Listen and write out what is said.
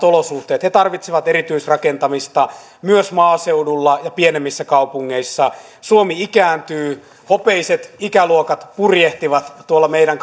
olosuhteet he tarvitsevat erityisrakentamista myös maaseudulla ja pienemmissä kaupungeissa suomi ikääntyy hopeiset ikäluokat purjehtivat tuolla meidän